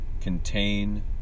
contain